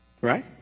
right